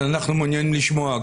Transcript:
אז אנחנו מעוניינים לשמוע.